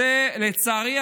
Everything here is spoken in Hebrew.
לצערי,